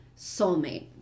soulmate